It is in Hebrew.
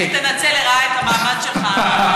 איך תנצל לרעה את המעמד שלך.